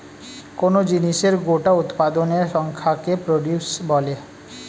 কোন জিনিসের গোটা উৎপাদনের সংখ্যাকে প্রডিউস বলে